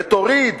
ותוריד